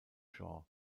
shaw